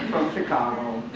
chicago.